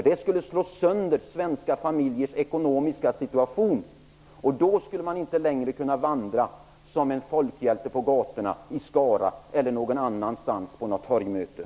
Det skulle slå sönder svenska familjers ekonomiska situation, och då skulle man inte längre kunna vandra som en folkhjälte på gatorna i Skara eller på något torgmöte någon annanstans.